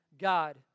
God